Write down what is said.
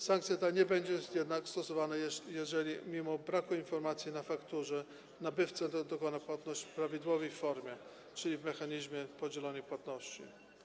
Sankcja ta nie będzie jednak stosowana, jeżeli mimo braku informacji na fakturze nabywca dokona płatności w prawidłowej formie, czyli z wykorzystaniem mechanizmu podzielonej płatności.